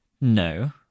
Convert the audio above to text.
No